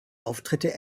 auftritte